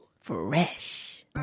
Fresh